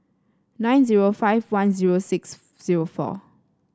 nine zero five one zero six zero four